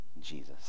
Jesus